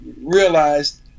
realized